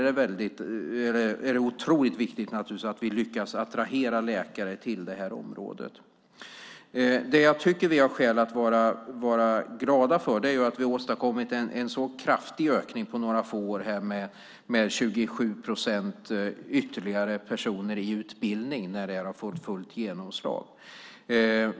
Det är viktigt att vi lyckas attrahera läkare till det här området. Det jag tycker att vi har skäl att vara glada för är att vi på några få år har åstadkommit en så kraftig ökning, 27 procent ytterligare, av personer i utbildning när det fått fullt genomslag.